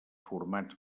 formats